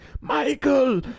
Michael